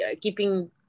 keeping